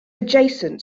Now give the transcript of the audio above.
adjacent